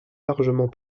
largement